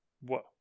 Whoa